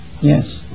Yes